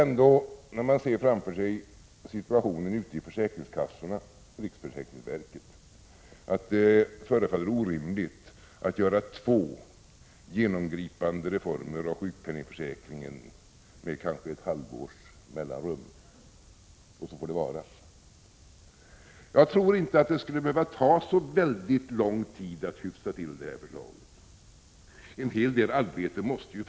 När man ser framför sig situationen ute på försäkringskassorna och i riksförsäkringsverket tycker jag det förefaller orimligt att göra två genomgripande reformer av sjukpenningförsäkringen med kanske ett halvårs mellanrum. Jag tror inte att det skulle behöva ta så lång tid att hyfsa till förslaget. En del arbete måste vara gjort.